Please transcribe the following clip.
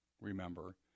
remember